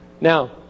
Now